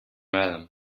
adam